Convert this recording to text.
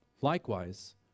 Likewise